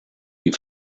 die